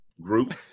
group